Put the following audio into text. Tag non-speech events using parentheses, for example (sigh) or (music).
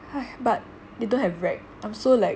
(noise) but they don't have rag I'm so like